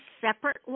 separate